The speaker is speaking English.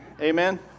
amen